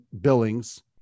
billings